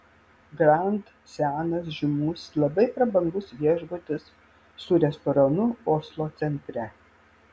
grand senas žymus labai prabangus viešbutis su restoranu oslo centre